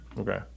Okay